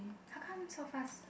how come so fast